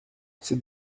c’est